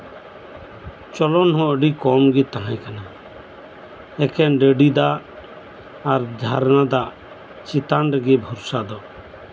ᱪᱚᱞᱚᱱ ᱦᱚᱸ ᱟᱹᱰᱤ ᱠᱚᱢᱜᱮ ᱛᱟᱦᱮᱸ ᱠᱟᱱᱟ ᱮᱠᱷᱮᱱ ᱰᱟᱹᱰᱤ ᱫᱟᱜ ᱟᱨ ᱡᱷᱟᱨᱱᱟ ᱫᱟᱜ ᱪᱮᱛᱟᱱ ᱨᱮᱜᱮ ᱵᱷᱚᱨᱥᱟ ᱫᱚ